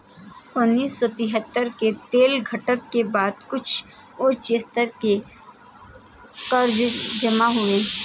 उन्नीस सौ तिहत्तर के तेल संकट के बाद कुछ उच्च स्तर के कर्ज जमा हुए